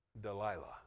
Delilah